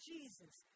Jesus